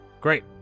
Great